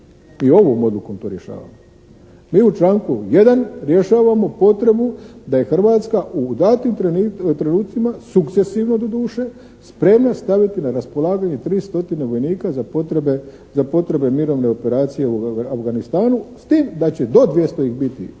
mi ovom odlukom to rješavamo. Mi u članku 1. rješavamo potrebu da je Hrvatska u datim trenutcima, sukcesivno doduše spremna staviti na raspolaganje 3 stotine vojnika za potrebe mirovne operacije u Afganistanu s tim da će do 200 ih biti